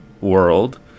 world